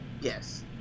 Yes